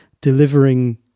delivering